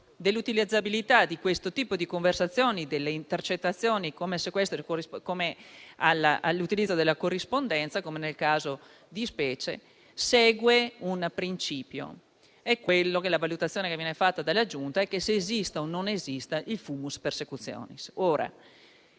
dell'utilizzabilità di questo tipo di conversazioni, delle intercettazioni, come dell'utilizzo della corrispondenza, come nel caso di specie, seguono un principio, quello della valutazione fatta dalla Giunta se esista o meno il *fumus persecutionis*.